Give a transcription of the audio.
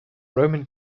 roman